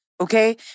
Okay